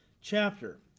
chapter